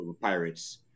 pirates